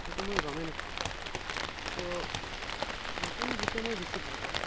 সেইটো মই গমেই নাপাওঁ চ' নতুন গীতেই মই বেছি ভাল পাওঁ